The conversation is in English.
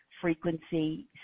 frequency